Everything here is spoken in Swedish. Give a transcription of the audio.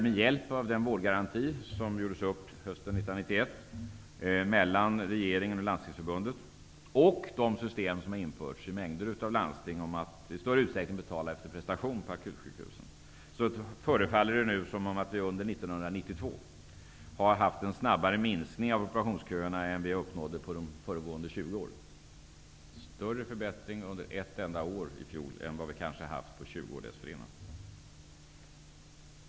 Med hjälp av den vårdgaranti, som regeringen och Landstingsförbundet gjorde upp om hösten 1991, och de system som har införts i mängder av landsting och som innebär att man på akutsjukhusen i större utsträckning skall betala efter prestation, förefaller det nu som att vi under 1992 har haft en snabbare minskning av operationsköerna än vad vi uppnådde under de föregående 20 åren. Det skedde alltså i fjol en större förbättring än under kanske 20 år dessförinnan.